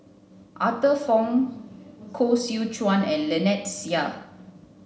Arthur Fong Koh Seow Chuan and Lynnette Seah